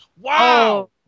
Wow